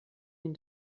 ihn